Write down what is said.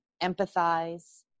empathize